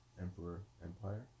Emperor-Empire